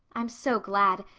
i'm so glad.